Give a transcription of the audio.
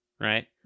right